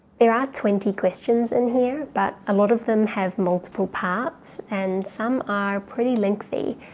there are twenty questions in here but a lot of them have multiple parts and some are pretty lengthy,